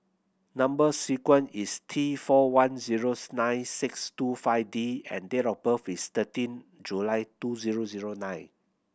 number sequence is T four one zeros nine six two five D and date of birth is thirteen July two zero zero nine